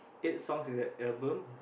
eight songs in that album